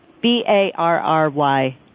B-A-R-R-Y